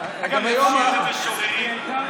שירי משוררים.